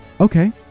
Okay